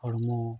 ᱦᱚᱲᱢᱚ